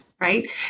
right